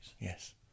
Yes